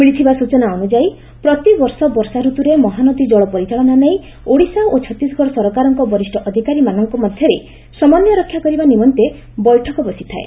ମିଳିଥିବା ସୂଚନା ଅନୁଯାୟୀ ପ୍ରତିବର୍ଷ ବର୍ଷା ଋତୁରେ ମହାନଦୀ ଜଳ ପରିଚାଳନା ନେଇ ଓଡ଼ିଶା ଓ ଛତିଶଗଡ ସରକାରଙ୍କ ବରିଷ ଅଧିକାରୀମାନଙ୍କ ମଧ୍ଘରେ ସମନ୍ଘୟ ରକ୍ଷା କରିବା ନିମନ୍ଡେ ବୈଠକ ବସିଥାଏ